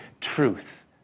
truth